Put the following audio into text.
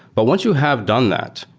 but once you have done that,